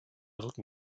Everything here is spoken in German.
rücken